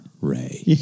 Ray